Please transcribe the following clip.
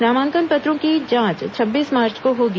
नामांकन पत्रों की जाँच छब्बीस मार्च को होगी